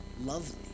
lovely